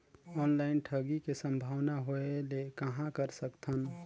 Online ठगी के संभावना होय ले कहां कर सकथन?